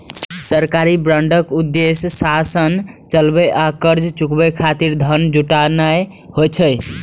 सरकारी बांडक उद्देश्य शासन चलाबै आ कर्ज चुकाबै खातिर धन जुटेनाय होइ छै